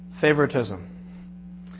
favoritism